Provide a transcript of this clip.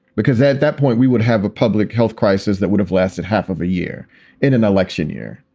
because at that point we would have a public health crisis that would have lasted half of a year in an election year.